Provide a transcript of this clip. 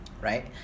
Right